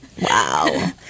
Wow